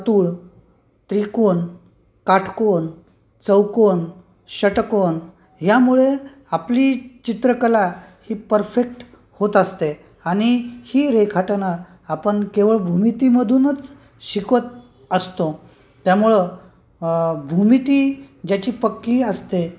वरतूळ त्रिकोण काटकोन चौकोन षटकोन यामुळे आपली चित्रकला ही परफेक्ट होत असते आणि ही रेखाटना आपण केवळ भूमितीमधूनच शिकवत असतो त्यामुळं भूमिती ज्याची पक्की असते